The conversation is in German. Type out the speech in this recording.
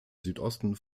südosten